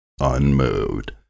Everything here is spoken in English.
unmoved